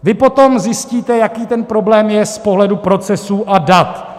Vy potom zjistíte, jaký ten problém je z pohledu procesů a dat.